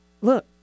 look